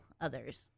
others